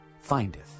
findeth